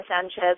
Sanchez